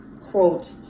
quote